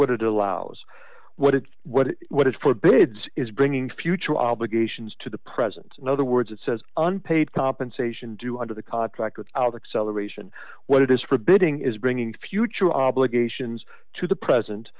what it allows what it what what is for bids is bringing future obligations to the present in other words it says unpaid compensation do under the contract without acceleration what it is forbidding is bringing future obligations to the present